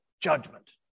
judgment